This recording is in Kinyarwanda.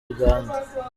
uganda